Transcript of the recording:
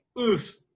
oof